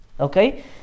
okay